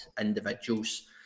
individuals